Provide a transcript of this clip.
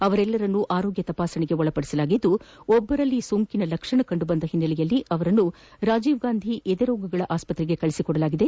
ಅವರೆಲ್ಲರನ್ನೂ ಆರೋಗ್ಯ ತಪಾಸಣೆಗೆ ಒಳಪದಿಸಲಾಗಿದ್ದು ಒಬ್ಬರಲ್ಲಿ ಕೊರೋನಾ ಸೋಂಕಿನ ಲಕ್ಷಣ ಕಂಡು ಬಂದ ಹಿನ್ನೆಲೆಯಲ್ಲಿ ಅವರನ್ನು ರಾಜೀವ್ಗಾಂಧಿ ಎದೆರೋಗಗಳ ಆಸ್ಪತ್ರೆಗೆ ಕಳುಹಿಸಿಕೊಡಲಾಗಿದೆ